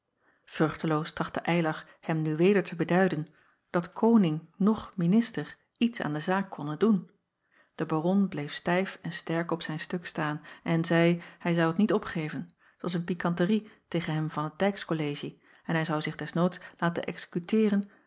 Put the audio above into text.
ruchteloos trachtte ylar hem nu weder te beduiden dat oning noch inister iets aan de zaak konnen doen de aron bleef stijf en sterk op zijn stuk staan en zeî hij zou t niet opgeven t was een pikanterie tegen hem van het dijkskollegie en hij zou zich des noods laten